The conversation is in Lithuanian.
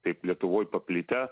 taip lietuvoj paplitę